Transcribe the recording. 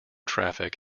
traffic